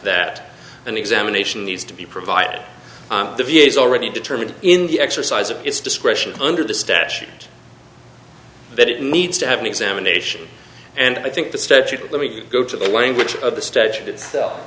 that an examination needs to be provided at the v a is already determined in the exercise of its discretion under the statute that it needs to have an examination and i think the statute let me go to the language of the statute itself